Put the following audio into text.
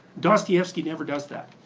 dostoevsky never does that.